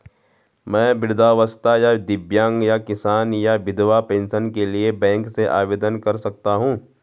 मैं वृद्धावस्था या दिव्यांग या किसान या विधवा पेंशन के लिए बैंक से आवेदन कर सकता हूँ?